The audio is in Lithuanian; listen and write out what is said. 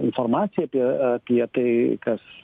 informacija apie apie tai kas